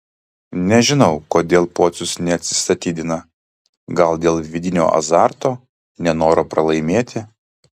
nežinau kodėl pocius neatsistatydina gal dėl vidinio azarto nenoro pralaimėti